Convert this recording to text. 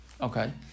Okay